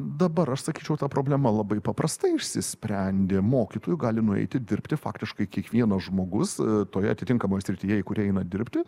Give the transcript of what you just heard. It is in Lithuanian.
dabar aš sakyčiau ta problema labai paprastai išsisprendė mokytoju gali nu eiti dirbti faktiškai kiekvienas žmogus toje atitinkamoje srityje į kurią eina dirbti